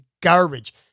garbage